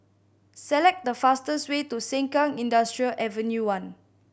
select the fastest way to Sengkang Industrial Avenue One